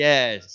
Yes